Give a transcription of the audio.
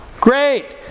Great